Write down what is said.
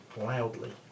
loudly